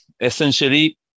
essentially